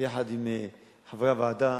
יחד עם חברי הוועדה,